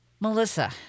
Melissa